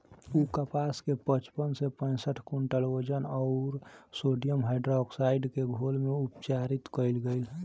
उ कपास के पचपन से पैसठ क्विंटल वजन अउर सोडियम हाइड्रोऑक्साइड के घोल में उपचारित कइल गइल